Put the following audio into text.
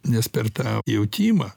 nes per tą jautimą